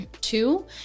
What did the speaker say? two